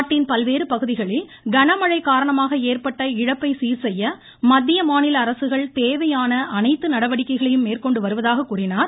நாட்டின் பல்வேறு பகுதிகளில் கனமழை காரணமாக ஏற்பட்ட இழப்பை சீர்செய்ய மத்திய மாநில அரசுகள் தேவையான அனைத்து நடவடிக்கைகளையும் மேற்கொண்டு வருவதாக தெரிவித்தார்